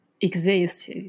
exist